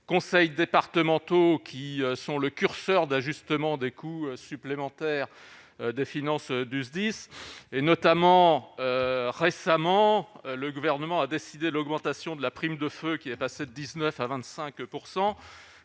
conseils départementaux qui sont le curseur d'ajustement des coûts supplémentaires des finances du SDIS et notamment récemment, le gouvernement a décidé l'augmentation de la prime de feu qui n'a pas cette 19 à 25